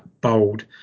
bold